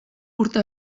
urte